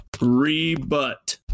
rebut